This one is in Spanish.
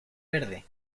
verde